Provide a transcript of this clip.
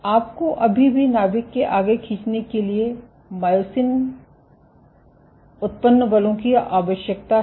आपको अभी भी नाभिक के आगे खींचने के लिए मायोसिन उत्पन्न बलों की आवश्यकता है